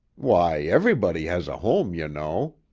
why, everybody has a home, you know!